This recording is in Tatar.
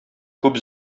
күп